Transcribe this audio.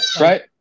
right